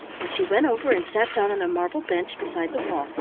and she went over and sat down on a marble bench beside the wall,